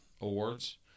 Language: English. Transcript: awards